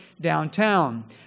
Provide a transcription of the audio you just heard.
downtown